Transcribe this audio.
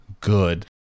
good